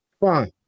fine